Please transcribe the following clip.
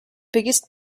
biggest